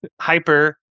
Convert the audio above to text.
hyper